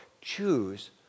choose